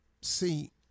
see